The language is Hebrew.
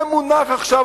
זה מונח עכשיו,